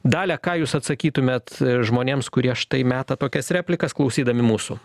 dalia ką jūs atsakytumėt žmonėms kurie štai meta tokias replikas klausydami mūsų